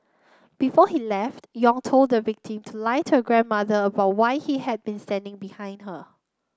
before he left Yong told the victim to lie to her grandmother about why he had been standing behind her